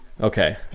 Okay